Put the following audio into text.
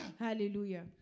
Hallelujah